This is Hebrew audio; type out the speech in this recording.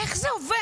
איך זה עובד?